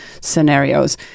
scenarios